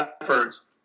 efforts